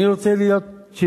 אני רוצה שתדע,